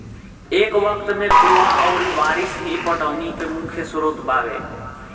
ए वक्त में कुंवा अउरी बारिस ही पटौनी के मुख्य स्रोत बावे